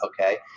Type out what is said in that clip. okay